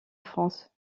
france